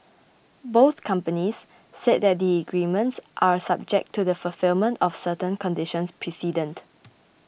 both companies said that the agreements are subject to the fulfilment of certain conditions precedent